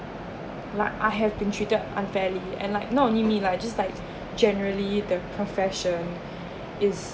like I have been treated unfairly and like not only me lah just like generally the profession is